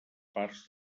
parts